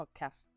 podcast